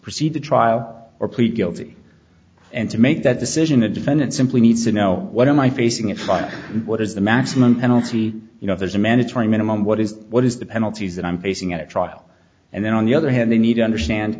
proceed to trial or plead guilty and to make that decision a defendant simply needs to know what am i facing a fight what is the maximum penalty you know there's a mandatory minimum what is what is the penalties that i'm facing at trial and then on the other hand they need to understand